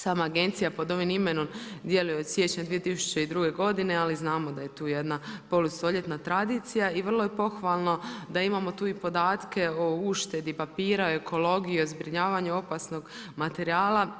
Sama agencija pod ovim imenom, djeluje od siječnja 2002. godine, ali znamo da je tu jedna polustoljetna tradicija i vrlo je pohvalno da imamo tu i podatke o uštedi papira, ekologije, zbrinjavanju opasnog materijala.